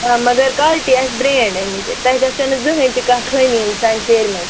آ مَگر کۄالٹی آسہِ برٛینٛڈ اَمِچ تَۄہہِ گژھوٕ نہٕ زٕہٕنۍ تہِ کانٛہہ خٲمی یِنۍ سانہِ سیرِ منٛز